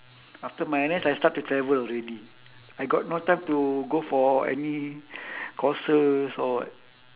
after my N_S I start to travel already I got no time to go for any courses or what